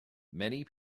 many